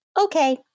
Okay